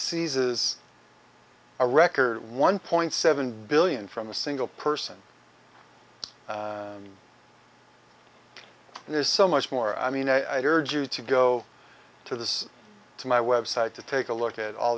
seizes a record one point seven billion from a single person and there's so much more i mean i'd urge you to go to this to my website to take a look at all